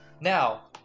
Now